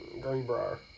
Greenbrier